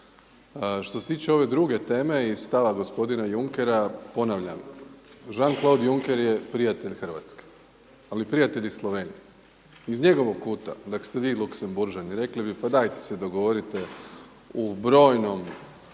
Što se tiče ove druge teme i stava gospodina Junckera, ponavljam Jean-Claude Juncker je prijatelj Hrvatske, ali prijatelj i Slovenije. Iz njegovog kuta da ste vi Luksemburžani rekli bi pa dajte se dogovorite u brojnom